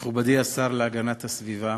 מכובדי השר להגנת הסביבה,